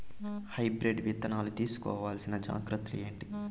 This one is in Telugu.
హైబ్రిడ్ విత్తనాలు తీసుకోవాల్సిన జాగ్రత్తలు ఏంటి?